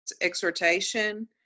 exhortation